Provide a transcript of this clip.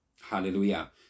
Hallelujah